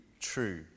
true